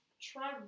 try